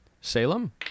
Salem